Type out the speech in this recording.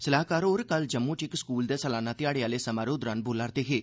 सलाहकार होर कल जम्मू च इक स्कूल दे सलाना ध्याड़े आहले समारोह दौरान बोला' रदे हे